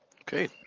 Okay